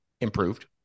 improved